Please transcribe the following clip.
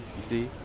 you see?